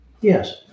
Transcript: Yes